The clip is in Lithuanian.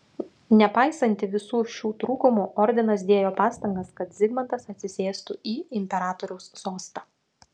nepaisantį visų šių trūkumų ordinas dėjo pastangas kad zigmantas atsisėstų į imperatoriaus sostą